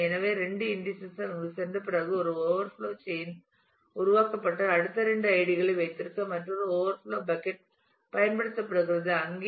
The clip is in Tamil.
எனவே 2 இன்டீஸஸ் அங்கு சென்ற பிறகு ஒரு ஓவர்ஃப்லோ செயின் உருவாக்கப்பட்டு அடுத்த இரண்டு ஐடிகளை வைத்திருக்க மற்றொரு ஓவர்ஃப்லோ பக்கட் பயன்படுத்தப்படுகிறது அங்கே